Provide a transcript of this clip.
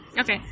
Okay